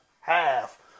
half